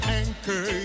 anchor